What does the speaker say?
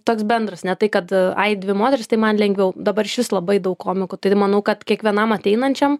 toks bendras ne tai kad tai dvi moterys tai man lengviau dabar iš vis labai daug komikų taigi manau kad kiekvienam ateinančiam